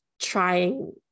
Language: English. trying